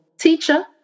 teacher